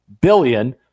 billion